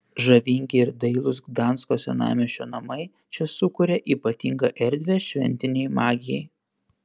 žavingi ir dailūs gdansko senamiesčio namai čia sukuria ypatingą erdvę šventinei magijai